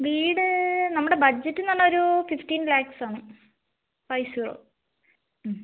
വീട് നമ്മുടെ ബഡ്ജറ്റ് എന്ന് പറഞ്ഞാൽ ഒരു ഫിഫ്റ്റീന് ലാക്സ് ആണ് പൈസയോ മ്